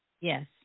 Yes